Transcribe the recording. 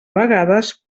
vegades